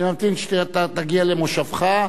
אני אמתין שאתה תגיע למושבך,